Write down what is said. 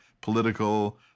political